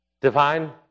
Divine